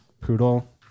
Poodle